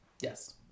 Yes